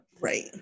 Right